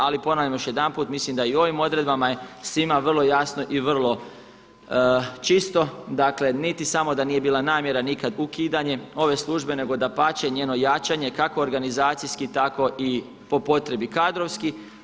Ali ponavljam još jedanput mislim da i u ovim odredbama je svima vrlo jasno i vrlo čisto dakle niti samo da nije bila namjera nikad ukidanje ove službe nego dapače njeno jačanje kako organizacijski tako i po potrebi kadrovski.